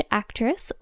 actress